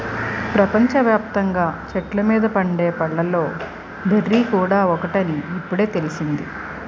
ప్రపంచ వ్యాప్తంగా చెట్ల మీద పండే పళ్ళలో బెర్రీ కూడా ఒకటని ఇప్పుడే తెలిసింది